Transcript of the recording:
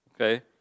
okay